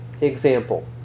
example